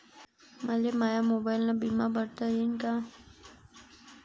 मले माया मोबाईलनं बिमा भरता येईन का?